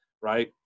right